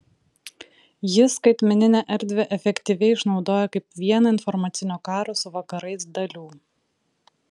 ji skaitmeninę erdvę efektyviai išnaudoja kaip vieną informacinio karo su vakarais dalių